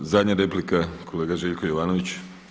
Zadnja replika kolega Željko Jovanović.